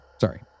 sorry